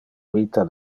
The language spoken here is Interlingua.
vita